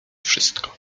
wszystko